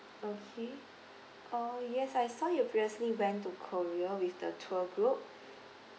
okay uh yes I saw you previously went to korea with the tour group